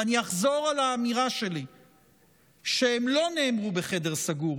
ואני אחזור על האמירה שלי שהן לא נאמרו בחדר סגור